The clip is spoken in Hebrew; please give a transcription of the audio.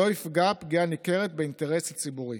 לא יפגע פגיעה ניכרת באינטרס הציבורי".